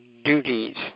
duties